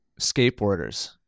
skateboarders